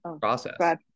process